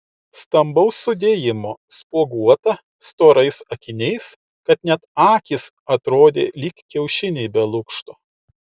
stambaus sudėjimo spuoguota storais akiniais kad net akys atrodė lyg kiaušiniai be lukšto